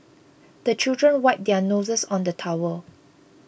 the children wipe their noses on the towel